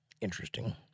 Interesting